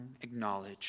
acknowledge